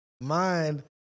mind